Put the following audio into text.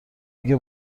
دیگه